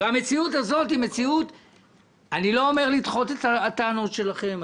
המציאות הזאת אני לא אומר לדחות את הטענות שלכם,